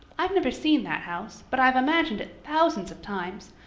i've never seen that house, but i've imagined it thousands of times.